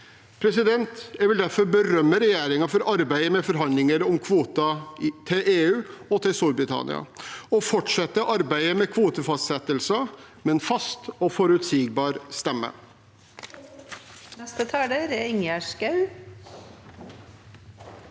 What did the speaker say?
Norge. Jeg vil derfor berømme regjeringen for arbeidet med forhandlinger om kvoter til EU og til Storbritannia og for å fortsette arbeidet med kvotefastsettelser med en fast og forutsigbar stemme.